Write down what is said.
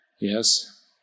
yes